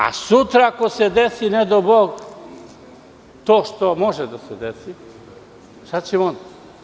A sutra, ako se desi, ne dao Bog, to što može da se desi, šta ćemo onda?